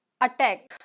attack